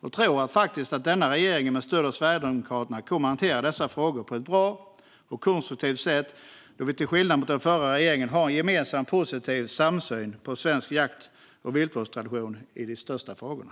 Jag tror att regeringen med stöd av Sverigedemokraterna kommer att hantera dessa frågor på ett bra och konstruktivt sätt, då vi till skillnad från den förra regeringen har en gemensam positiv syn på svensk jakt och viltvårdstradition när det gäller de största frågorna.